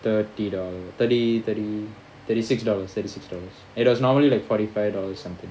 thirty dollars thirty thirty thirty six dollars thirty six dollars it was normally like forty five dollars or something